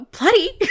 Bloody